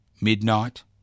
midnight